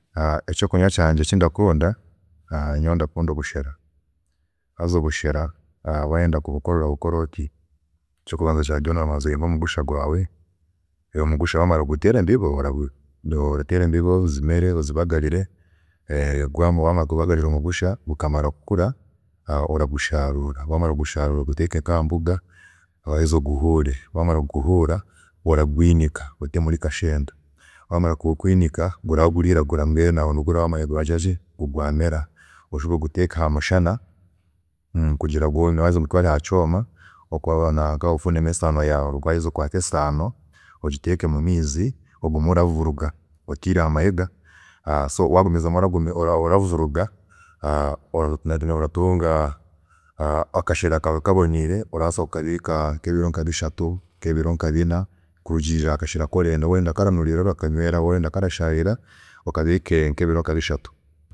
Ekyokunywa kyangye eki ndakunda nyowe ndakunda obushera, haza obushera wayenda kubukora orabukora oti, ekyokubanza kyabyoona orabanza ohinge omugusha gwaawe, reero omugusha waamara kuteera embibo, ora- orateera embibo zaawe, zimere, ozibagarire, wamara kubagarira omugusha, gukamara kukura, oragusharuura, oguteeke nka ahambuga, oheze oguhuure, wamara oguhuure, waheza kuguhuura oragwiinika ote muri kashenda, wamara kugwiinika guraba guriiragura mbwenu aho niho oraba ogira ki, gwameera orareeba ngu gwamera, Oshube oguteeke aha mushana kugira gwoome, waheza oragutwaara aha kyooma kugira ngu otungemu esaano, waheza okwaate esaano ogiteekeke mumaizi reero ogite ahamahega ogume oravuruga, otiire ahamahega so wagumizamu oravuruga hanyima oratunga akashera kaawe kaboniire orabaasa kukabiika ebiro nka bishatu ninga bina kurugiirira akashera aku orenda, waaba orenda akaranuriira orakanyweeraho, waaba orenda akarashariira orakabiika ebiro nka bishatu.